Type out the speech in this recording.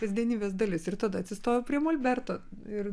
kasdienybės dalis ir tada atsistoju prie molberto ir